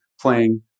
playing